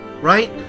right